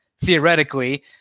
theoretically